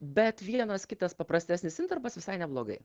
bet vienas kitas paprastesnis intarpas visai neblogai